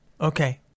okay